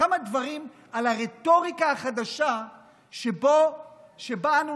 כמה הדברים על הרטוריקה החדשה שבה אנו